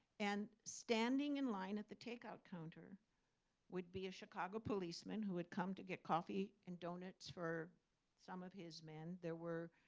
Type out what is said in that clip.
and standing in line at the takeout counter would be a chicago policeman who had come to get coffee and donuts for some of his men. men. there were